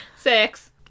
Six